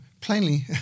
plainly